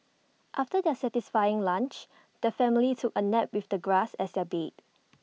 after their satisfying lunch the family took A nap with the grass as their bed